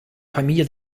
famiglia